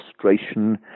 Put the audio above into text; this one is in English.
frustration